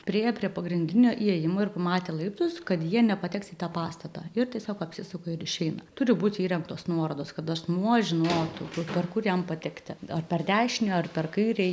priėjo prie pagrindinio įėjimo ir pamatė laiptus kad jie nepateks į tą pastatą ir tiesiog apsisuka ir išeina turi būti įrengtos nuorodos kad asmuo žinotų o per kur jam patekti ar per dešinę ar per kairę